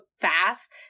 fast